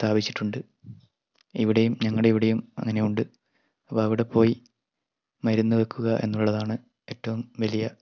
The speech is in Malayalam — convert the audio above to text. സ്ഥാപിച്ചിട്ടുണ്ട് ഇവിടെയും നമ്മുടെ ഇവിടെയും അങ്ങനെയുണ്ട് അപ്പോൾ അവിടെ പോയി മരുന്ന് വെക്കുക എന്നുള്ളതാണ് ഏറ്റവും വലിയ